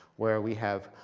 where we have